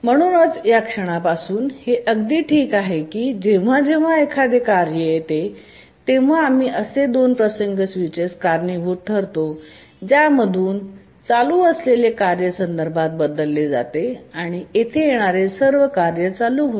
म्हणून या क्षणापासुन हे अगदी ठीक आहे की जेव्हा जेव्हा एखादे कार्य येते तेव्हा आम्ही असे 2 प्रसंग स्विचस कारणीभूत ठरतो ज्यामध्ये चालू असलेले कार्य संदर्भात बदलले जाते आणि तेथे येणारे कार्य चालू होते